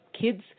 kids